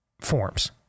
forms